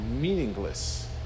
meaningless